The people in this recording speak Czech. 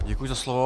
Děkuji za slovo.